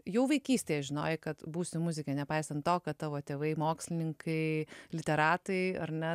jau vaikystėje žinojai kad būsi muzikė nepaisant to kad tavo tėvai mokslininkai literatai ar ne